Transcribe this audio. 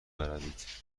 بروید